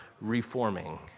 reforming